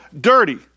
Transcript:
dirty